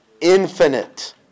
infinite